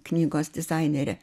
knygos dizainerė